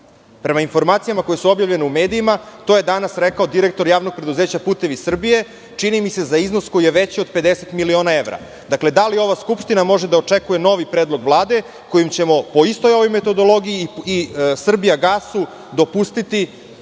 Prema informacijama koje su objavljene u medijima, to je danas rekao direktor Javnog preduzeća "Putevi Srbije", čini mi se za iznos koji je veći od 50 miliona evra. Dakle, da li ova Skupština može da očekuje novi predlog Vlade kojim ćemo po istoj ovoj metodologiji i "Srbijagasu" dopustiti